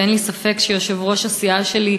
ואין לי ספק שיושב-ראש הסיעה שלי,